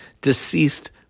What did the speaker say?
deceased